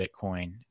bitcoin